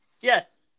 Yes